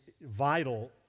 vital